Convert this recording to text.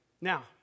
Now